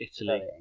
Italy